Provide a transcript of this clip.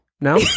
No